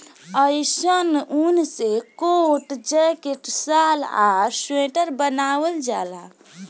अइसन ऊन से कोट, जैकेट, शाल आ स्वेटर बनावल जाला